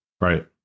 Right